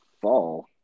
fall